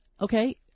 okay